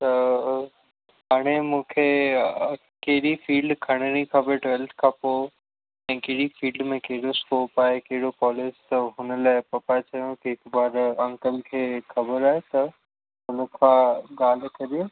त हाणे मूंखे कहिड़ी फ़ील्ड खणणी खपे ट्वेल्थ खां पोइ ऐं कहिड़ी फ़ील्ड में कहिड़ो स्कोप आहे कहिड़ो कॉलेज त हुन लाइ पप्पा चयो की हिक बार अंकल खे खबर आहे त हुनखां ॻाल्हि करियो